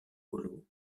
polo